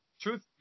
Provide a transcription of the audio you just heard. truth